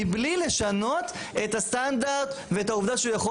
מבלי לשנות את הסטנדרט ואת העובדה שהוא יכול